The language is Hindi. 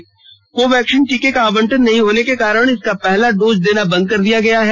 वहीं कोवैक्सीन टीके का आवंटन नहीं होने के कारण इसका पहला डोज देना बन्द कर दिया गया है